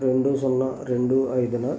రెండు సున్నా రెండు ఐదున